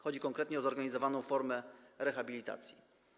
Chodzi konkretnie o zorganizowaną formę rehabilitacji.